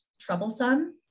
troublesome